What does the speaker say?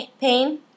pain